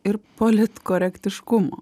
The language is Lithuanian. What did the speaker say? ir politkorektiškumo